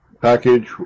package